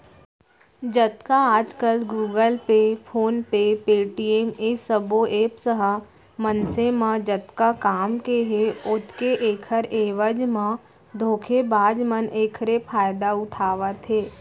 जतका आजकल Google Pay, PhonePe, Paytm ए सबो ऐप्स ह मनसे म जतका काम के हे ओतके ऐखर एवज म धोखेबाज मन एखरे फायदा उठावत हे